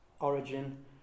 origin